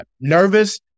nervous